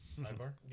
Sidebar